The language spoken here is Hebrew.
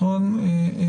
צהרים טובים עוה"ד אגמון,